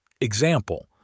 Example